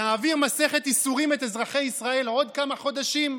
להעביר מסכת ייסורים את אזרחי ישראל עוד כמה חודשים?